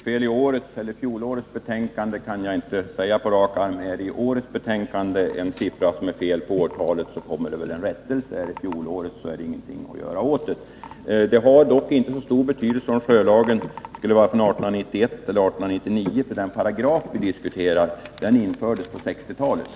Herr talman! För det första vet jag inte om det är tryckfel i årets eller fjolårets betänkande. Är det en siffra som visar fel årtal i årets betänkande kommer det en rättelse, är det i fjolårets är det ingenting att göra åt. Det har dock inte så stor betydelse om sjölagen skulle vara från 1891 eller 1899, eftersom den paragraf vi diskuterar infördes på 1960-talet.